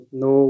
no